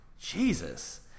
Jesus